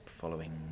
following